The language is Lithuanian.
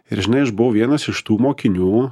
ir žinai aš buvau vienas iš tų mokinių